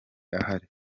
ahari